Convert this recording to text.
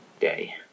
day